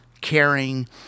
caring